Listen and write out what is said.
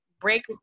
break